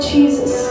Jesus।